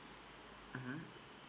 mmhmm